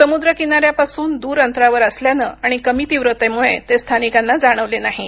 समुद्र किनाऱ्यापासून दूर अंतरावर असल्याने आणि कमी तीव्रतेमुळे ते स्थानिकांना जाणवले नाहीत